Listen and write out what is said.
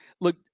look